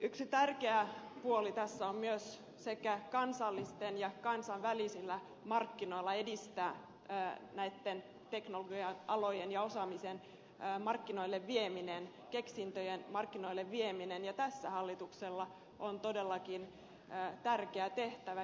yksi tärkeä puoli tässä on myös sekä kansallisilla että kansainvälisillä markkinoilla edistää näitten teknologia alojen ja osaamisen markkinoille viemistä keksintöjen markkinoille viemistä ja tässä hallituksella on todellakin tärkeä tehtävä